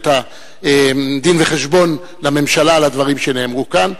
לממשלה את הדין-וחשבון על הדברים שנאמרו כאן.